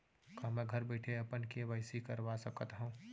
का मैं घर बइठे अपन के.वाई.सी करवा सकत हव?